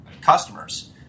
customers